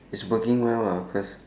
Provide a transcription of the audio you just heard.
it's working well ah cause